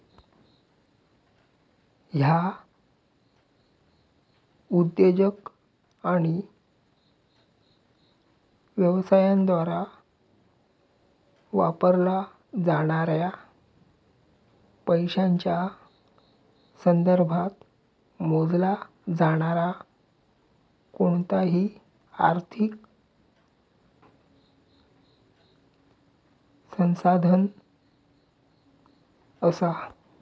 ह्या उद्योजक आणि व्यवसायांद्वारा वापरला जाणाऱ्या पैशांच्या संदर्भात मोजला जाणारा कोणताही आर्थिक संसाधन असा